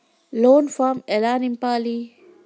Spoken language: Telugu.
లోన్ ఫామ్ ఎలా నింపాలి?